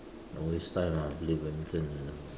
not waste time ah play badminton